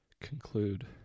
Conclude